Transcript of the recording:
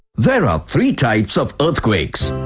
there are three types of earthquakes.